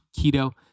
keto